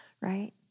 right